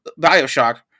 Bioshock